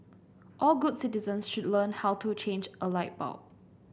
all good citizens should learn how to change a light bulb